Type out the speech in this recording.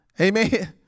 Amen